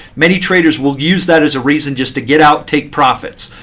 many traders will use that as a reason just to get out take profits.